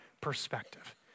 perspective